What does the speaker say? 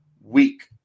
week